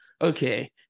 okay